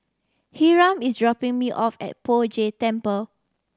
hiram is dropping me off at Poh Jay Temple